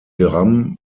gramm